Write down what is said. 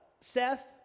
Seth